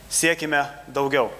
siekime daugiau